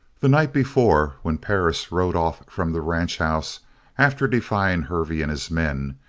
the night before, when perris rode off from the ranchhouse after defying hervey and his men,